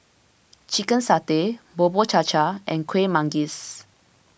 Chicken Satay Bubur Cha Cha and Kuih Manggis